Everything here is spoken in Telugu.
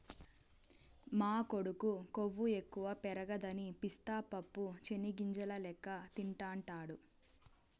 మా కొడుకు కొవ్వు ఎక్కువ పెరగదని పిస్తా పప్పు చెనిగ్గింజల లెక్క తింటాండాడు